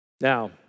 Now